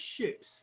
ships